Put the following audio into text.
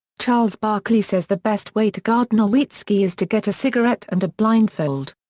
charles barkley says the best way to guard nowitzki is to get a cigarette and a blindfold.